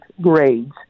grades